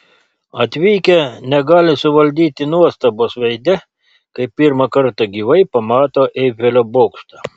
atvykę negali suvaldyti nuostabos veide kai pirmą kartą gyvai pamato eifelio bokštą